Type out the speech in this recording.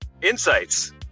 insights